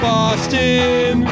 Boston